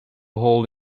hole